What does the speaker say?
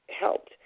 helped